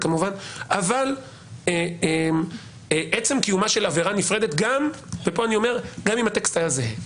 אבל עצם קיומה של עבירה נפרדת גם אם הטקסט היה זהה,